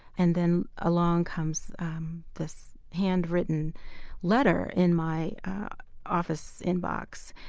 and then along comes this hand-written letter in my office inbox.